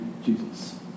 Jesus